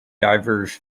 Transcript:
divers